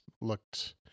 looked